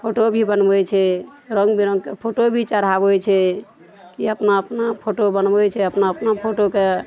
photo भी बनबय छै रङ्ग बिरङ्गके फोटो भी चढ़ाबय छै कि अपना अपना फोटो बनबय छै अपना अपना फोटोके